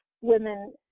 women